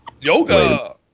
Yoga